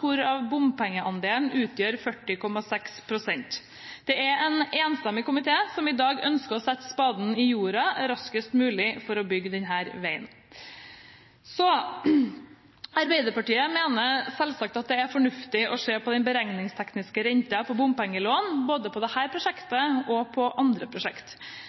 hvorav bompengeandelen utgjør 40,6 pst. Det er en enstemmig komité som i dag ønsker å sette spaden i jorda raskest mulig for å få bygget denne veien. Arbeiderpartiet mener selvsagt at det er fornuftig å se på den beregningstekniske renten på bompengelån, både i dette prosjektet og i andre